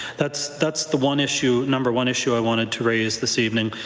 that's that's the one issue, number one issue i wanted to raise this evening.